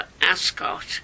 Ascot